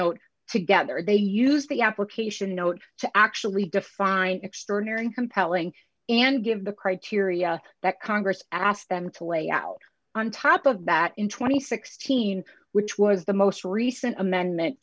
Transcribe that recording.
note together they used the application note to actually define extraordinary compelling and give the criteria that congress asked them to lay out on top of that in two thousand and sixteen which was the most recent amendment